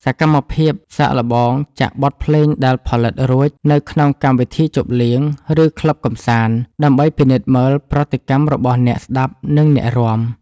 សកម្មភាពសាកល្បងចាក់បទភ្លេងដែលផលិតរួច នៅក្នុងកម្មវិធីជប់លៀង ឬក្លឹបកម្សាន្ត ដើម្បីពិនិត្យមើលប្រតិកម្មរបស់អ្នកស្ដាប់ និងអ្នករាំ។